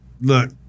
Look